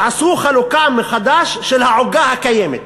תעשו חלוקה מחדש של העוגה הקיימת.